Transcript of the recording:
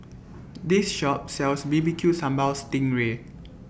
This Shop sells B B Q Sambal Sting Ray